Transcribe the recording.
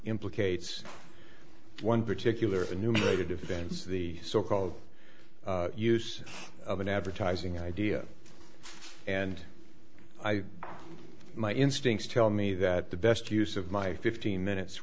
implicates one particular enumerated events the so called use of an advertising idea and i my instincts tell me that the best use of my fifteen minutes